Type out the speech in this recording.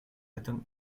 этом